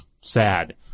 sad